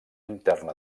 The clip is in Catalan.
interna